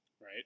Right